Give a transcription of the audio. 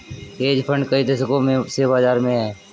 hedge fund कई दशकों से बाज़ार में हैं